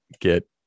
get